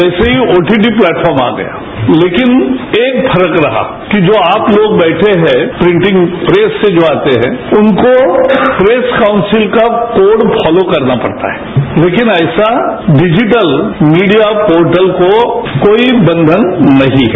वैसे ही OTP platform आ गया लेकिन एक फर्क रहा कि जो आप लोग बैठे हैं प्रीटिंग प्रेस से जो आते हैं उनको प्रेस कार्यसित का कोड फॉलो करना पड़ता है लेकिन ऐसा डिजिटल मीडिया पोर्टल को कोई बंघन नहीं है